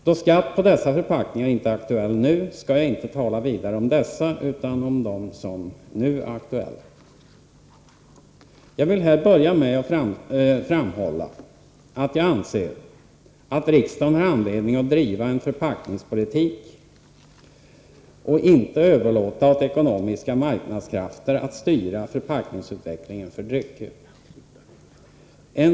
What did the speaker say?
Då skatt på dessa förpackningar inte är aktuell nu, skall jag inte tala vidare om dessa utan om dem som nu är aktuella. Jag vill här börja med att framhålla att jag anser att riksdagen har anledning att driva en förpackningspolitik och inte överlåta åt ekonomiska marknadskrafter att styra förpackningsutvecklingen när det gäller drycker.